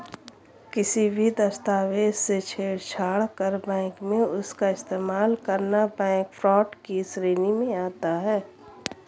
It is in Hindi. किसी भी दस्तावेज से छेड़छाड़ कर बैंक में उसका इस्तेमाल करना बैंक फ्रॉड की श्रेणी में आता है